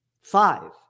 Five